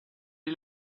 est